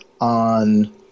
on